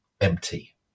empty